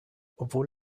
obwohl